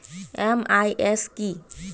MIS কি?